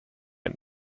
and